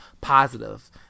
positive